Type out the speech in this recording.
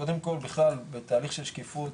קודם כל בכלל בתהליך של שקיפות